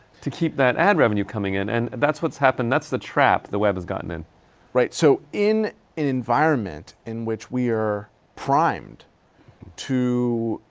to keep that ad revenue coming in. and that's what's happened, that's the trap the web has gotten in. heffner right so, in an environment in which we are primed to.